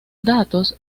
datos